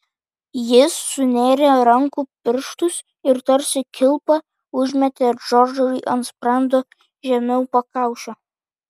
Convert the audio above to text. jis sunėrė rankų pirštus ir tarsi kilpą užmetė džordžui ant sprando žemiau pakaušio